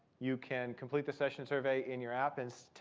you can complete the session survey in your app and